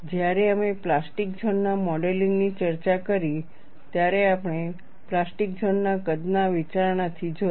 જ્યારે અમે plastic zone ના મોડેલિંગ ની ચર્ચા કરી ત્યારે આપણે પ્લાસ્ટિક ઝોન ના કદના વિચારણાથી જોયા